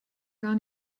gar